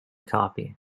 copy